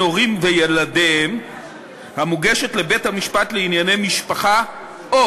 הורים וילדיהם המוגשת לבית-המשפט לענייני משפחה או